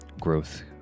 growth